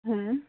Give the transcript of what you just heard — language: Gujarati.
હમ